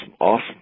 Awesome